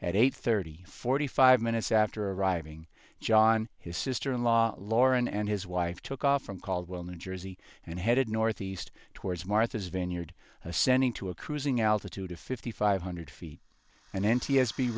at eight thirty forty five minutes after arriving john his sister in law lauren and his wife took off from caldwell new jersey and headed north east towards martha's vineyard ascending to a cruising altitude of fifty five hundred feet an n